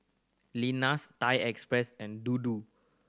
Lenas Thai Express and Dodo